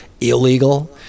illegal